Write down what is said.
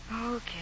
Okay